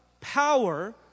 Power